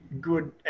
good